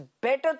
better